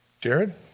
Jared